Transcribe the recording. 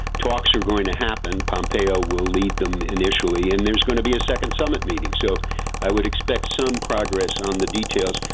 talks are going to happen, pompeo will lead them initially and there's going to be a second summit meeting. so i would expect some progress on the details.